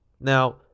Now